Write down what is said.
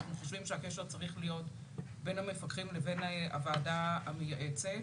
אנחנו חושבים שהקשר צריך להיות בין המפקחים לבין הוועדה המייעצת,